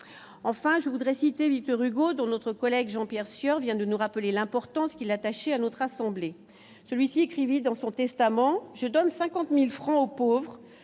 enfin je voudrais citer Victor Hugo dans notre collègue Jean-Pierre Sueur vient de nous rappeler l'importance qu'il attachait à notre assemblée celui-ci écrivit dans son testament, je donne 50000 francs aux pauvres,